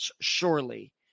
surely